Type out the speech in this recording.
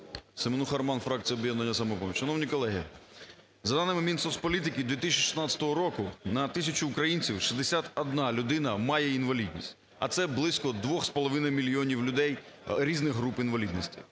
СеменухаРоман, фракція "Об'єднання "Самопоміч". Шановні колеги! За данимиМінсоцполітики 2016 року на тисячу українців 61 людина має інвалідність, а це близько 2,5 мільйонів людей різних груп інвалідності.